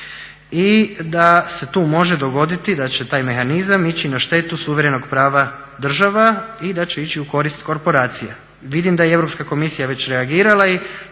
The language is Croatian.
I da se tu može dogoditi da će taj mehanizam ići na štetu suverenog prava država i da će ići u korist korporacija. Vidim da i Europska komisija je već reagirala i